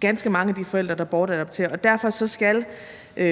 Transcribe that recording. ganske mange af de forældre, der bortadopterer. Derfor skal